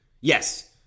Yes